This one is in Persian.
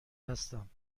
هستم